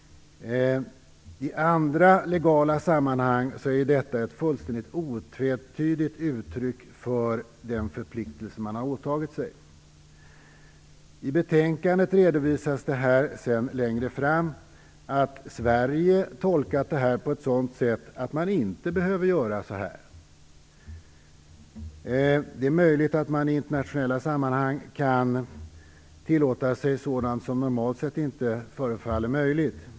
I andra legala sammanhang är detta ett otvetydigt uttryck för en förpliktelse som man har åtagit sig. I betänkandet redovisas att Sverige har tolkat det här på ett sådant sätt att man inte behöver handla i enlighet härmed. Det är möjligt att man i internationella sammanhang kan tillåta sig sådant som normalt sett inte förefaller möjligt.